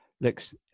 looks